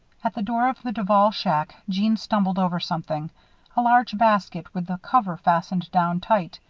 at the door of the duval shack, jeanne stumbled over something a large basket with the cover fastened down tight.